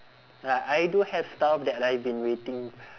like I do have stuff that I've been waiting